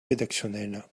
rédactionnel